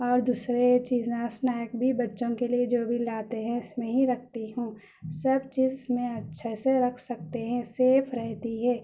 اور دوسرے چیزیں اسنیک بھی بچّوں کے لیے جو بھی لاتے ہیں اس میں ہی رکھتی ہوں سب چیز اس میں اچّھے سے رکھ سکتے ہیں سیف رہتی ہے